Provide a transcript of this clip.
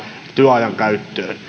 työajan käyttöön